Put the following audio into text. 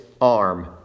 arm